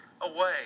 away